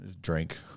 Drink